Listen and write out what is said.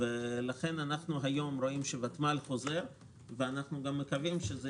לכן היום אנחנו רואים שהוותמ"ל חוזר ואנחנו מקווים שזה